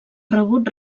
rebut